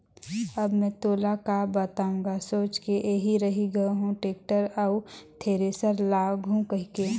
अब मे हर तोला का बताओ गा सोच के एही रही ग हो टेक्टर अउ थेरेसर लागहूँ कहिके